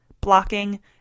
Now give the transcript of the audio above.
blocking